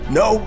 no